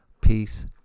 Peace